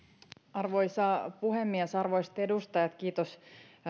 arvoisa puhemies arvoisat edustajat kiitos